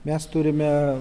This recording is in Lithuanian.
mes turime